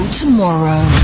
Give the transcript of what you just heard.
tomorrow